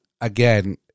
Again